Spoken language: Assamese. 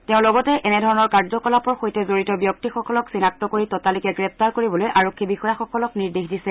তেওঁ লগতে এনেধৰণৰ কাৰ্যকলাপৰ সৈতে জড়িত ব্যক্তিসকলক চিনাক্ত কৰি ততালিকে গ্ৰেপ্তাৰ কৰিবলৈ আৰক্ষী বিষয়াসকলক নিৰ্দেশ দিছে